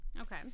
Okay